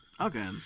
Okay